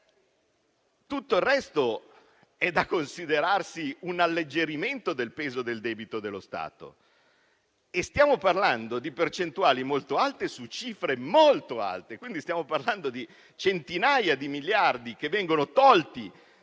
tutto il resto è da considerarsi un alleggerimento del peso del debito dello Stato. Stiamo parlando di percentuali molto alte su cifre molto alte; per cui stiamo parlando di centinaia di miliardi che vengono tolti